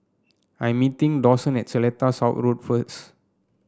I meeting Dawson at Seletar South Road first